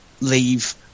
leave